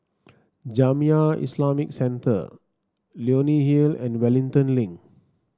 Jamiyah Islamic Centre Leonie Hill and Wellington Link